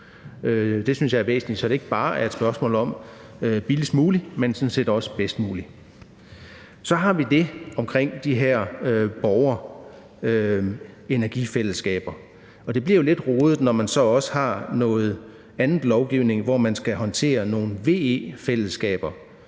Det synes jeg er væsentligt, så det ikke bare er et spørgsmål om billigst muligt, men sådan set også bedst muligt. Så er der det omkring de her borgerenergifællesskaber. Det bliver jo lidt rodet, når der så også er noget andet lovgivning, hvor man skal håndtere nogle VE-fællesskaber,